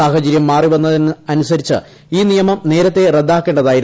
സാഹചര്യം മാറി വന്നതനുസരിച്ച് ഈ നിയമം നേരത്തെ റദ്ദാക്കേണ്ടതായിരുന്നു